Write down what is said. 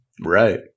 Right